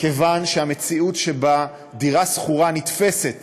כיוון שהמציאות שבה דירה שכורה נתפסת